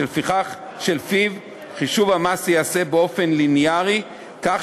שלפיו חישוב המס ייעשה באופן ליניארי כך